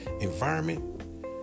environment